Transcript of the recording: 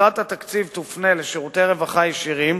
ויתרת התקציב תופנה לשירותי רווחה ישירים